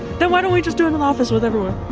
then why don't we just do it in the office with everyone?